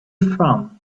from